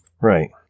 Right